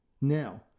Now